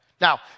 Now